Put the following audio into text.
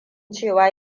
cewa